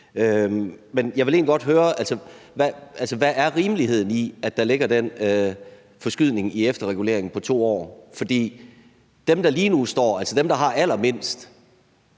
Men jeg vil egentlig godt høre, hvad rimeligheden er i, at der ligger den forskydning i efterreguleringen på 2 år. For dem, der lige nu står og har allermindst,